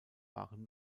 waren